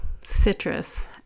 citrus